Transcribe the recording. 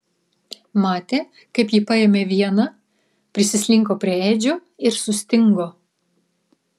matė kaip ji paėmė vieną prisislinko prie edžio ir sustingo